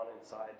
inside